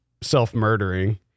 self-murdering